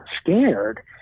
scared